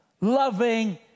loving